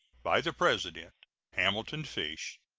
by the president hamilton fish,